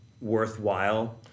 worthwhile